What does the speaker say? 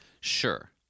Sure